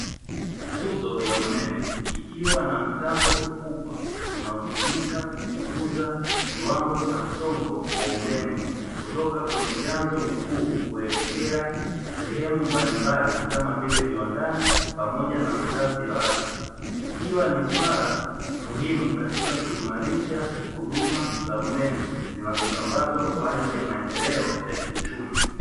Nguzo ya umeme ikiwa na mtambo mkubwa unaotumika kupunguza kiwango cha msongo wa umeme kutoka kwenye vyanzo vikuu kuelekea sehemu mbalimbali kama vile viwandani pamoja na makazi ya watu, ikiwa ni swala muhimu katika kuimarisha huduma za umeme zinazosambazwa kwa ajili ya maendeleo ya kiuchumi.